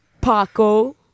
Paco